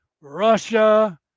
Russia